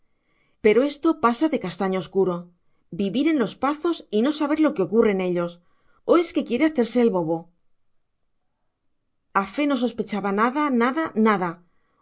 pero esto pasa de castaño oscuro vivir en los pazos y no saber lo que ocurre en ellos o es que quiere hacerse el bobo a fe no sospechaba nada nada nada